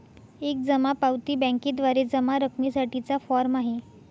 एक जमा पावती बँकेद्वारे जमा रकमेसाठी चा फॉर्म आहे